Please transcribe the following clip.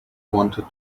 wanted